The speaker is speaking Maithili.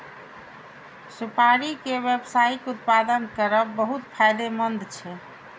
सुपारी के व्यावसायिक उत्पादन करब बहुत फायदेमंद छै